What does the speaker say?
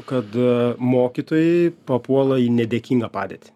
kad mokytojai papuola į nedėkingą padėtį